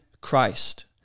Christ